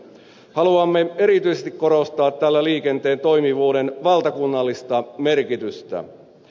haluamme erityisesti korostaa tällä liikenteen toimivuuden valtakunnallista merkitystä